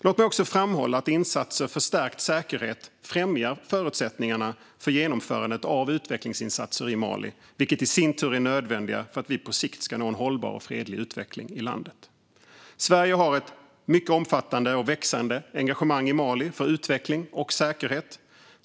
Låt mig också framhålla att insatser för stärkt säkerhet främjar förutsättningarna för genomförandet av utvecklingsinsatser i Mali, vilka i sin tur är nödvändiga för att på sikt nå en hållbar och fredlig utveckling i landet. Sverige har ett mycket omfattande och växande engagemang i Mali för utveckling och säkerhet.